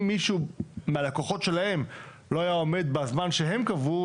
אם מישהו מהלקוחות שלהם לא היה עומד בזמן שהם קבעו,